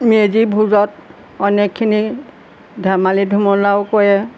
মেজি ভোজত অনেকখিনি ধেমালি ধুমলাও কৰে